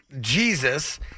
Jesus